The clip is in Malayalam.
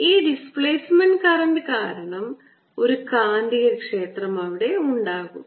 ഈ ഡിസ്പ്ലേസ്മെൻറ് കറൻറ് കാരണം ഒരു കാന്തികക്ഷേത്രം ഉണ്ടാകും